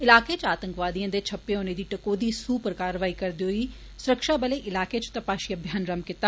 इलाके च आतंकवादिएं दे छपपे होने दी टकोह्दी सूह् उप्पर कारवाई करदे होई सुरक्षाबलें इलाके च तपाशी अभियान रम्म कीता